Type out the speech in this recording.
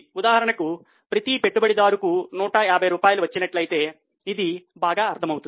ఉదాహరణకు ప్రతి పెట్టుబడిదారికి 150 రూపాయలు వచ్చినట్లయితే ఇది బాగా అర్థమవుతుంది